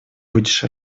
будешь